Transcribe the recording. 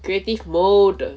creative mode